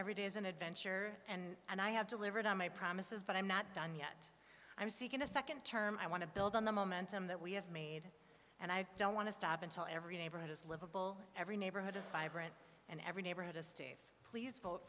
every day is an adventure and and i have delivered on my promises but i'm not done yet i'm seeking a second term i want to build on the momentum that we have made and i don't want to stop until every neighborhood is livable every neighborhood is vibrant and every neighborhood is steve please vote